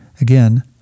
Again